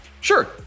Sure